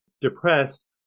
depressed